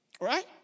Right